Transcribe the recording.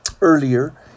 earlier